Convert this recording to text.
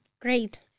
great